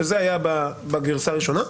שזה היה בגרסה הראשונה,